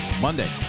Monday